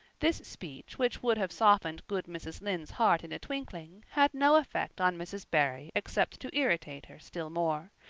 this speech which would have softened good mrs. lynde's heart in a twinkling, had no effect on mrs. barry except to irritate her still more.